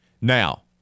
Now